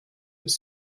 was